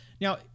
Now